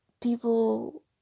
people